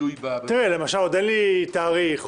תלוי- -- עוד אין לי תאריך.